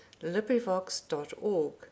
LibriVox.org